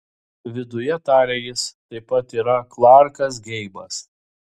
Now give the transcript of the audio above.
viduje tarė jis taip pat yra klarkas geibas